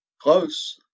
Close